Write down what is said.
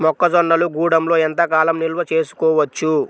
మొక్క జొన్నలు గూడంలో ఎంత కాలం నిల్వ చేసుకోవచ్చు?